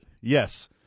yes